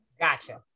gotcha